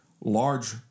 Large